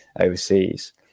overseas